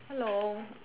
hello